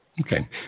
Okay